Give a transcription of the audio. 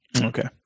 Okay